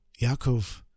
Yaakov